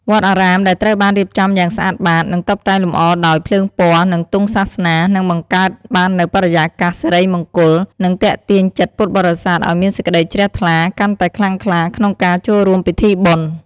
វត្តអារាមដែលត្រូវបានរៀបចំយ៉ាងស្អាតបាត និងតុបតែងលម្អដោយ ភ្លើងពណ៌ និងទង់សាសនា នឹងបង្កើតបាននូវបរិយាកាសសិរីមង្គល និងទាក់ទាញចិត្តពុទ្ធបរិស័ទឱ្យមានសេចក្ដីជ្រះថ្លាកាន់តែខ្លាំងក្លា ក្នុងការចូលរួមពិធីបុណ្យ។